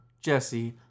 Jesse